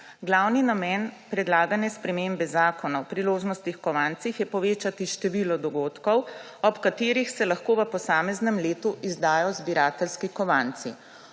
Glavni namen predlagane spremembe Zakona o priložnostnih kovancih je povečati število dogodkov, ob katerih se lahko v posameznem letu izdajo zbirateljski kovanci.